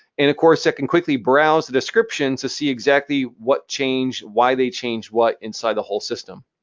and of course i can quickly browse descriptions to see exactly what changed, why they changed what inside the whole system.